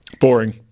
Boring